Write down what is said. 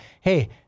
hey—